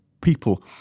people